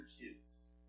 kids